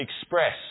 express